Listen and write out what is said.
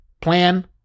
Plan